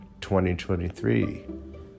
2023